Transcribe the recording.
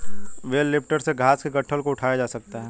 bell lifter से घास के गट्ठल को उठाया जा सकता है